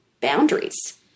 boundaries